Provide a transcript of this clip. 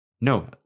No